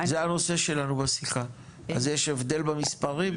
זה הנושא שלנו בשיחה, אז יש הבדל במספרים?